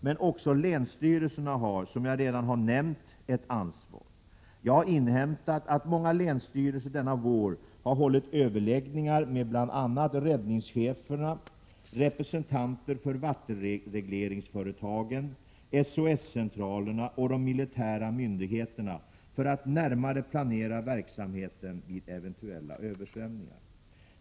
Men också länsstyrelserna har, som jag redan har nämnt, ett ansvar. Jag har inhämtat att många länsstyrelser denna vår har hållit överläggningar med bl.a. räddningscheferna, representanter för vattenregleringsföretagen, SOS-centralerna och de militära myndigheterna för att närmare planera verksamheten vid eventuella översvämningar.